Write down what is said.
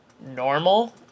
normal